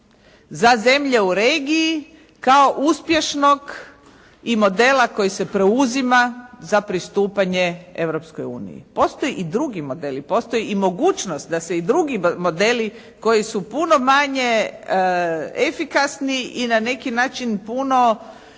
za zemlje u regiji kao uspješnog i modela koji se preuzima za pristupanje Europskoj uniji. Postoje i drugi modeli, postoji i mogućnost da se i drugi modeli koji su puno manje efikasni i na neki način puno